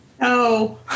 No